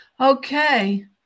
Okay